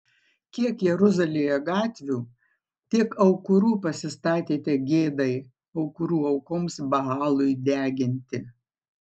kiek jeruzalėje gatvių tiek aukurų pasistatėte gėdai aukurų aukoms baalui deginti